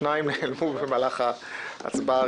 שניים נעלמו במהלך ההצבעה...